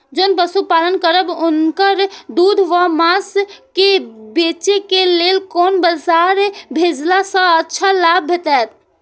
जोन पशु पालन करब उनकर दूध व माँस के बेचे के लेल कोन बाजार भेजला सँ अच्छा लाभ भेटैत?